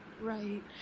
right